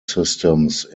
systems